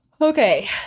Okay